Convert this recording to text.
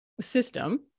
system